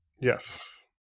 Yes